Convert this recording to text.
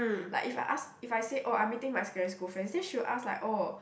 like if I ask if I say oh I meeting my secondary school friends then she will ask like oh